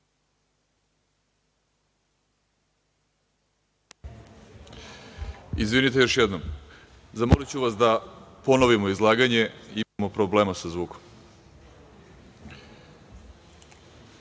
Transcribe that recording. Izvinite još jednom. Zamoliću vas da ponovimo izlaganje. Imamo problema sa zvukom.